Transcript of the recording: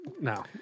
No